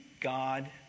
God